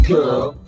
Girl